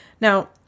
Now